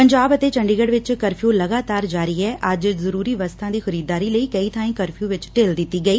ਪੰਜਾਬ ਅਤੇ ਚੰਡੀਗੜ ਵਿਚ ਕਰਫਿਉ ਲਗਾਤਾਰ ਜਾਰੀ ਐ ਅੱਜ ਜ਼ਰੁਰੀ ਵਸਤਾਂ ਦੀ ਖਰੀਦਦਾਰੀ ਲਈ ਕਈ ਥਾਈਂ ਕਰਫਿਉਂ ਵਿਚ ਢਿੱਲ ਦਿੱਤੀ ਗਈ